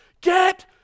Get